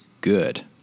good